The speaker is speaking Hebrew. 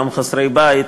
אותם חסרי בית,